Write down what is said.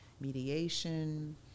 mediation